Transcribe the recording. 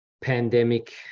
pandemic